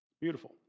Beautiful